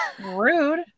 rude